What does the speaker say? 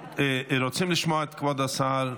רוצים לשמוע את כבוד השר.